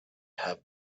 have